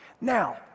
Now